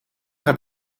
heb